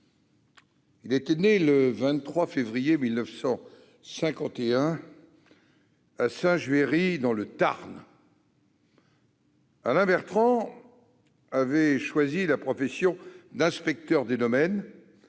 d'humour. Né le 23 février 1951 à Saint-Juéry dans le Tarn, Alain Bertrand avait choisi la profession d'inspecteur des domaines